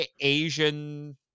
Asian